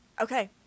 okay